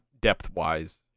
depth-wise